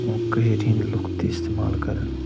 کٔشیٖرِ ہنٛدۍ لُکھ تہِ استعمال کران